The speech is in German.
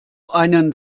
einen